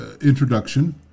introduction